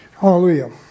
hallelujah